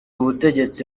ubutegetsi